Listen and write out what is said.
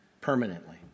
permanently